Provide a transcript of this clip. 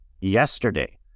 yesterday